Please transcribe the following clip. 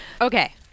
Okay